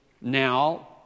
Now